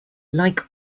like